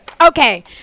Okay